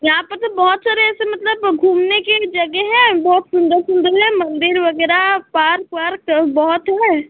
यहाँ पर तो बहुत सारे ऐसे मतलब घूमने के जगह हैं बहुत सुन्दर सुन्दर हैं मन्दिर वगैरह पार्क वार्क सब बहुत हैं